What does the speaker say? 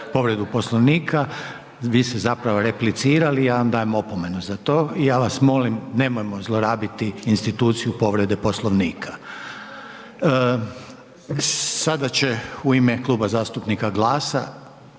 povredu Poslovnika, vi ste zapravo replicirali, ja vam dajem opomenu za to i ja vas molim nemojmo zlorabiti instituciju povrede Poslovnika. Sada će u ime Kluba zastupnika GLAS-a